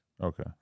Okay